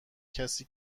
کسی